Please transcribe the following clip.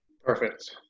Perfect